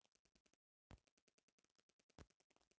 अनाज बदे बीमा बा